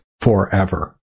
forever